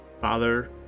Father